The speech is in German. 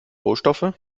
rohstoffe